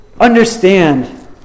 understand